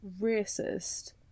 racist